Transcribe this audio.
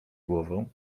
głową